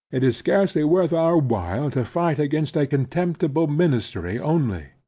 it is scarcely worth our while to fight against a contemptible ministry only.